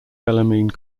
bellarmine